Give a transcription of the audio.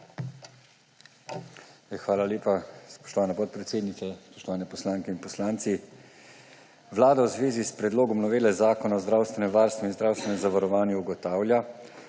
Hvala lepa, spoštovana podpredsednica. Spoštovani poslanke in poslanci! Vlada v zvezi s predlogom novele Zakona o zdravstvenem varstvu in zdravstvenem zavarovanju ugotavlja,